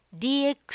dx